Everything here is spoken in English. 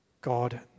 God